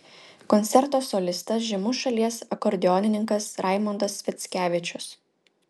koncerto solistas žymus šalies akordeonininkas raimondas sviackevičius